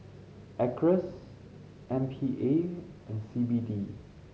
Acres M P A and C B D